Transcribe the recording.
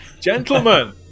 Gentlemen